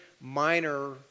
minor